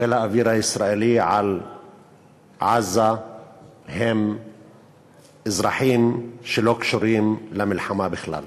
חיל האוויר הישראלי על עזה הם אזרחים שלא קשורים למלחמה בכלל.